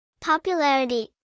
Popularity